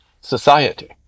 society